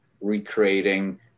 recreating